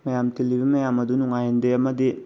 ꯃꯌꯥꯝ ꯇꯤꯜꯂꯤꯕ ꯃꯌꯥꯝ ꯑꯗꯨ ꯅꯨꯡꯉꯥꯏꯍꯟꯗꯦ ꯑꯃꯗꯤ